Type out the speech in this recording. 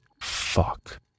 fuck